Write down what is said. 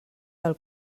del